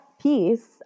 piece